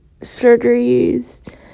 surgeries